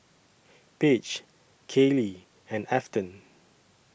Paige Kayli and Afton